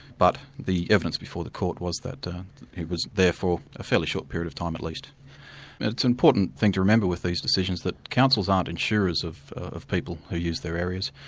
but the evidence before the court was that it was therefore a fairly short period of time at least. and it's an important thing to remember with these decisions, that councils aren't insurers of of people who use their areas.